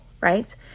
right